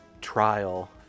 trial